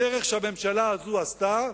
בדרך שהממשלה הזו עשתה,